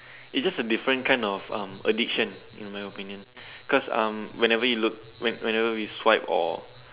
it's just a different kind of um addiction in my opinion cause um whenever you look whenever you swipe or